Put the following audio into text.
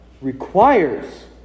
requires